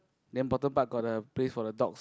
then bottom part got the place for the dogs